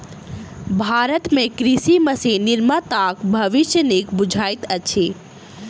भारत मे कृषि मशीन निर्माताक भविष्य नीक बुझाइत अछि